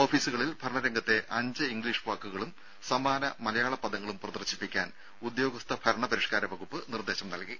ഓഫീസുകളിൽ ഭരണരംഗത്തെ അഞ്ച് ഇംഗ്ലീഷ് വാക്കുകളും സമാന മലയാള പദങ്ങളും പ്രദർശിപ്പിക്കാൻ ഉദ്യോഗസ്ഥ ഭരണ പരിഷ്കാര വകുപ്പ് നിർദ്ദേശം നൽകി